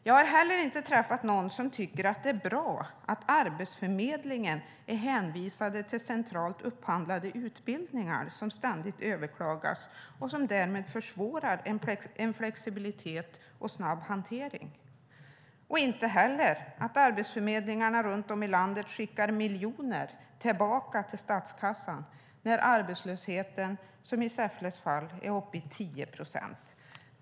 Jag har heller inte träffat någon som tycker att det är bra att Arbetsförmedlingen är hänvisad till centralt upphandlade utbildningar som ständigt överklagas och därmed försvårar flexibilitet och snabb hantering, eller att arbetsförmedlingarna runt om i landet skickar miljoner tillbaka till statskassan när arbetslösheten, som i Säffles fall, är uppe i 10 procent.